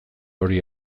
hori